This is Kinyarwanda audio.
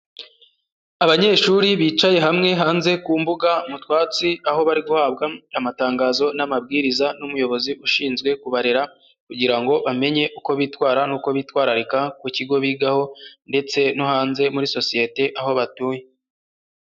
Abanyeshuri bicaye hamwe hanze ku mbuga mu twatsi, aho bari guhabwa amatangazo n'amabwiriza n'umuyobozi ushinzwe kubarera, kugira ngo bamenye uko bitwara n'uko bitwararika ku kigo bigaho, ndetse no hanze muri sosiyete aho batuye.